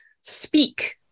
speak